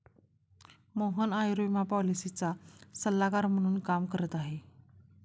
मोहन आयुर्विमा पॉलिसीचा सल्लागार म्हणून काम करत आहे